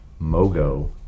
MOGO